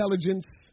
intelligence